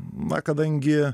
na kadangi